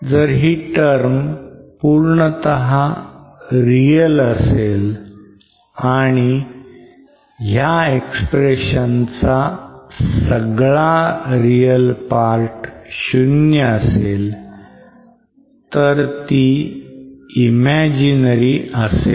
जर ही term पूर्णतः real असेल आणि ह्या expression चा सगळा real part 0 असेल तर ती imaginary असेल